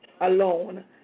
alone